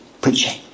preaching